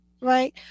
right